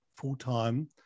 full-time